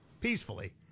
peacefully